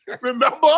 Remember